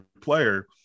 player